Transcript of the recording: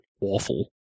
awful